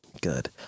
Good